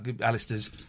Alistair's